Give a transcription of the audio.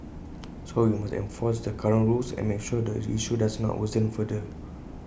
so we must enforce the current rules and make sure this issue does not worsen further